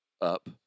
up